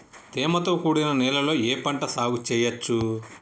తేమతో కూడిన నేలలో ఏ పంట సాగు చేయచ్చు?